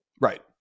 Right